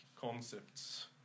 concepts